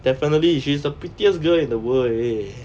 definitely is she's the prettiest girl in the world already